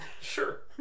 Sure